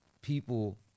people